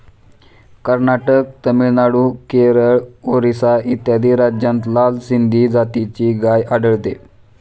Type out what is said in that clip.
कर्नाटक, तामिळनाडू, केरळ, ओरिसा इत्यादी राज्यांत लाल सिंधी जातीची गाय आढळते